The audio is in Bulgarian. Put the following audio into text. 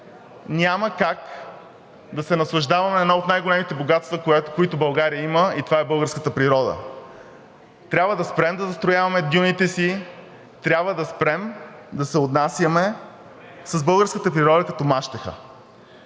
няма как да се наслаждаваме на едно от най-големите богатства, които България има, и това е българската природа. Трябва да спрем да застрояваме дюните си, трябва да спрем да се отнасяме с българската природа като мащеха.